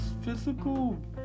physical